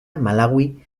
malaui